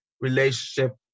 relationship